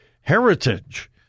heritage